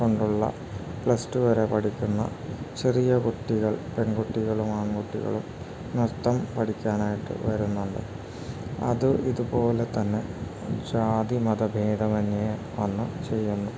കൊണ്ടുള്ള പ്ലസ്റ്റു വരെ പഠിക്കുന്ന ചെറിയ കുട്ടികൾ പെൺകുട്ടികളും ആൺകുട്ടികളും നൃത്തം പഠിക്കാനായിട്ട് വരുന്നുണ്ട് അത് ഇതുപോലെ തന്നെ ജാതി മതബേധമന്ന്യേ വന്നു ചെയ്യുന്നു